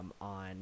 on